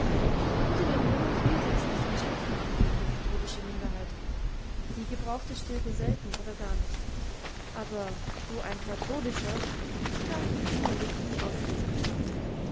unter den jungen fehlte es nicht an schimpfnamen gegen die katholische minderheit die gebrauchte stilpe selten oder gar nicht aber so ein katholischer kam ihm innerlich wie aussätzig vor